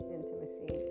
intimacy